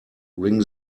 ring